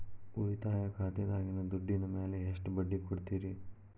ಉಳಿತಾಯ ಖಾತೆದಾಗಿನ ದುಡ್ಡಿನ ಮ್ಯಾಲೆ ಎಷ್ಟ ಬಡ್ಡಿ ಕೊಡ್ತಿರಿ?